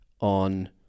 on